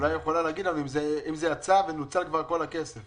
אולי היא יכולה להגיד לנו אם זה יצא ונוצל כבר כל הכסף.